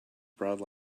broad